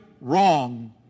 wrong